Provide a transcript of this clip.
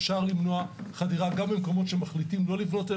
אפשר למנוע חדירה גם במקומות שמחליטים לא לבנות,